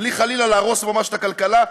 בלי חלילה להרוס ממש את הכלכלה.